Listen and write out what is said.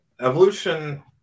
evolution